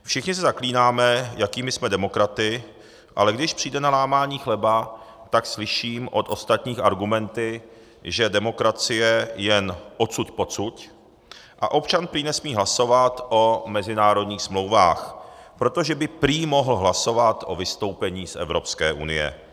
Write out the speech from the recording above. Všichni se zaklínáme, jakými jsme demokraty, ale když přijde na lámání chleba, tak slyším od ostatních argumenty, že demokracie jen odsud posud a občan prý nesmí hlasovat o mezinárodních smlouvách, protože by mohl hlasovat o vystoupení z Evropské unie.